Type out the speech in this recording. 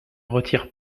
retire